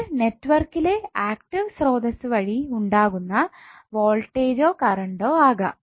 ഇത് നെറ്റ്വർക്കിലെ ആക്റ്റീവ് സ്രോതസ്സ് വഴി ഉണ്ടാകുന്ന വോൾട്ടേജ്ജ്ജോ കറണ്ടോ ആകാം